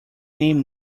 name